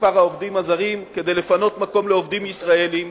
מספר העובדים הזרים כדי לפנות מקום לעובדים ישראלים,